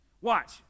Watch